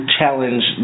challenge